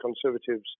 Conservatives